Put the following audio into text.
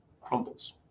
crumbles